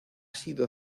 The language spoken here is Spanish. sido